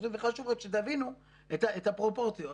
חשוב שתבינו את הפרופורציות.